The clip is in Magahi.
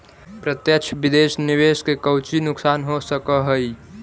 प्रत्यक्ष विदेश निवेश के कउची नुकसान हो सकऽ हई